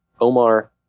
Omar